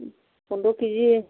पन्द्र' केजि